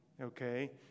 okay